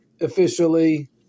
officially